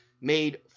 made